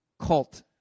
cult